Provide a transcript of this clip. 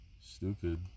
stupid